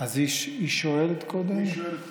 היא שואלת קודם?